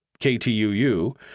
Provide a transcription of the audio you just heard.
KTUU